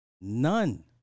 None